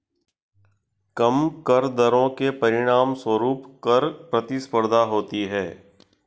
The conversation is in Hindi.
कम कर दरों के परिणामस्वरूप कर प्रतिस्पर्धा होती है